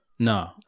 No